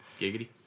giggity